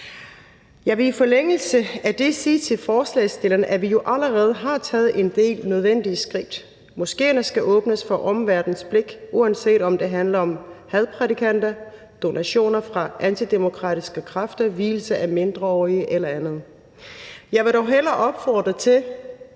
Jeg vil i forlængelse af det sige til forslagsstillerne, at vi jo allerede har taget en del nødvendige skridt. Moskéerne skal åbnes for omverdenens blik, uanset om det handler om hadprædikanter, donationer fra antidemokratiske kræfter, vielse af mindreårige eller andet. Jeg vil dog hellere opfordre til,